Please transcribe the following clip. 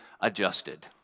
adjusted